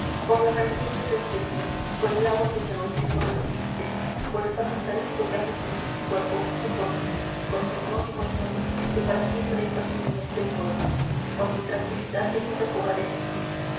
por la religión que te enseñé por el agua que en el bautismo recibiste por el pan eucarístico que has recibido en tu cuerpo hazlo por mí por mi honor y buen nombre que para siempre he perdido en este pueblo por mi tranquilidad que no recobraré sin ti